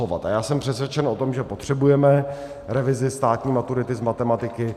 A já jsem přesvědčen o tom, že potřebujeme revizi státní maturity z matematiky.